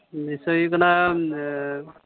ᱵᱤᱥᱚᱭ ᱦᱩᱭᱩᱜ ᱠᱟᱱᱟ